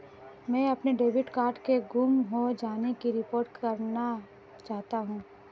मैं अपने debit card के गुम हो जाने की रिपोर्ट करना चाहता हूँ